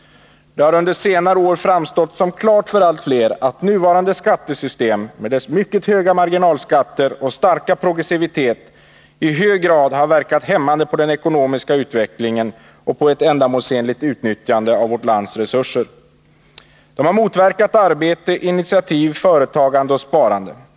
Det har under senare år framstått som klart för allt fler att nuvarande skattesystem, med dess mycket höga marginalskatter och starka progressivitet, i hög grad har verkat hämmande på den ekonomiska utvecklingen och på ett ändamålsenligt utnyttjande av vårt lands resurser. Det har motverkat arbete, initiativ, företagande och sparande.